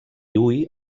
hui